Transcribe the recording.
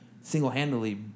single-handedly